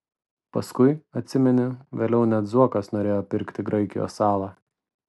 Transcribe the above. paskui atsimeni vėliau net zuokas norėjo pirkti graikijos salą